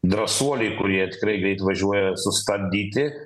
drąsuoliai kurie tikrai greit važiuoja sustabdyti